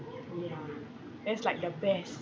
yeah that's like the best